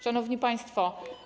Szanowni Państwo!